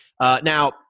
now